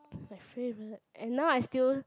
my favorite and now I still